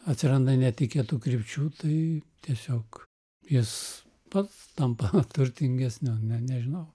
atsiranda netikėtų krypčių tai tiesiog jis pats tampa turtingesniu ne nežinau